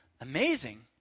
Amazing